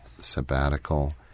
sabbatical